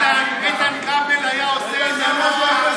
איתן, איתן כבל היה עושה את זה כל הזמן.